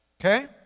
Okay